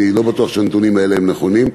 אני לא בטוח שהנתונים האלה נכונים.